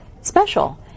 special